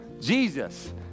Jesus